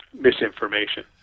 misinformation